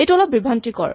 এইটো অলপ বিভ্ৰান্তিকৰ